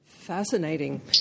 Fascinating